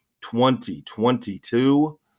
2022